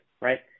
Right